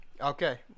Okay